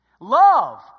Love